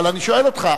אבל אני שואל אותך,